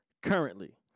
Currently